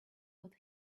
what